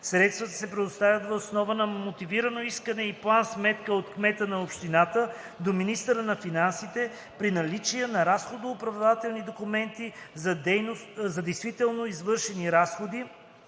Средствата се предоставят въз основа на мотивирано искане и план сметка от кмета на общината до министъра на финансите при наличие на разходооправдателни документи за действително извършени разходи